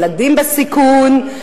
ילדים בסיכון,